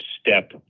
step